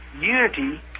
unity